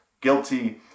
guilty